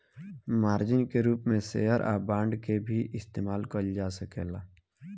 margin के रूप में शेयर या बांड के भी इस्तमाल कईल जा सकेला